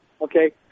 Okay